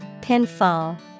Pinfall